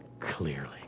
clearly